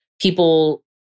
people